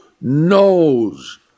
knows